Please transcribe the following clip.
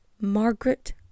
Margaret